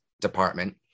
department